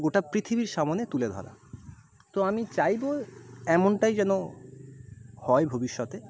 গোটা পৃথিবীর সামনে তুলে ধরা তো আমি চাইবো এমনটাই যেন হয় ভবিষ্যতে